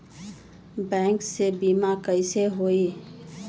Bank से बिमा कईसे होई?